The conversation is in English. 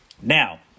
Now